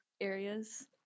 areas